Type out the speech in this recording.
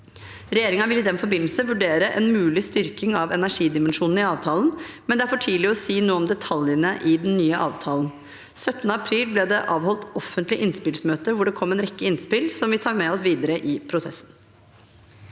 Regjeringen vil i den forbind else vurdere en mulig styrking av energidimensjonen i avtalen, men det er for tidlig å si noe om detaljene i den nye avtalen. Den 17. april ble det avholdt offentlig innspillsmøte, hvor det kom en rekke innspill som vi tar med oss videre i prosessen.